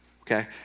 Okay